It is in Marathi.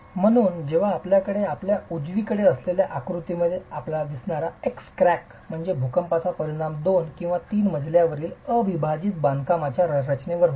म्हणून जेव्हा आपल्याकडे आपल्या उजवीकडे असलेल्या आकृतीमध्ये आपल्याला दिसणारा X क्रॅक म्हणजे भूकंपाचा परिणाम 2 किंवा 3 मजल्यावरील अविभाजित बांधकामाच्या संरचनेवर होतो